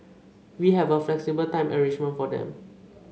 we have a flexible time arrangement for them